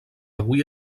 avui